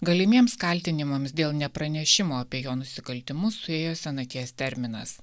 galimiems kaltinimams dėl nepranešimo apie jo nusikaltimus suėjo senaties terminas